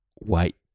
wait